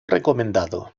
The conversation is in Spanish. recomendado